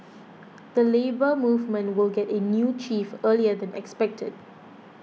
the Labour Movement will get a new chief earlier than expected